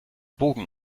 bogen